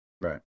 Right